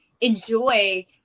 enjoy